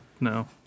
no